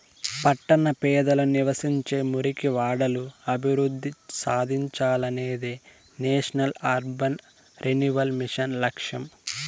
పట్టణ పేదలు నివసించే మురికివాడలు అభివృద్ధి సాధించాలనేదే నేషనల్ అర్బన్ రెన్యువల్ మిషన్ లక్ష్యం